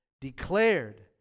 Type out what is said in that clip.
declared